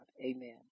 Amen